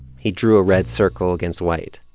he drew a red circle against white,